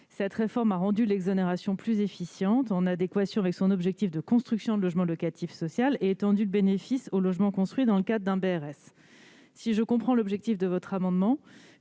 Cette réforme a rendu l'exonération plus efficiente, en adéquation avec son objectif de construction de logement locatif social ; elle a étendu son bénéfice aux logements construits dans le cadre d'un BRS. Je comprends l'objectif de votre amendement,